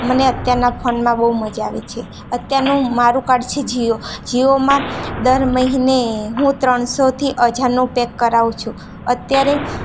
મને અત્યારના ફોનમાં બહુ મજા આવે છે અત્યારનું મારુ કાર્ડ છે જીઓ જીઓમાં દર મહિને હું ત્રણસોથી હજારનું પેક કરાવું છું અત્યારે જ